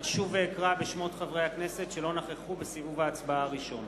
אשוב ואקרא בשמות חברי הכנסת שלא נכחו בסיבוב ההצבעה הראשון.